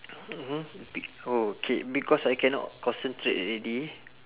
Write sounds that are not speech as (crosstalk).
mmhmm (noise) okay because I cannot concentrate already